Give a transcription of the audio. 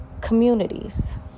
communities